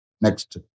Next